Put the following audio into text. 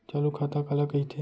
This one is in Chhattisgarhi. चालू खाता काला कहिथे?